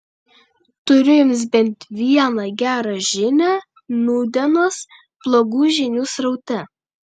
turiu jums bent vieną gerą žinią nūdienos blogų žinių sraute